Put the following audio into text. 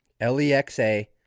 L-E-X-A